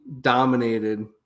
dominated –